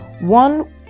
One